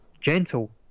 gentle